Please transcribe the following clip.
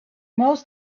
most